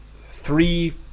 three